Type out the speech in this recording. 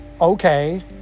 okay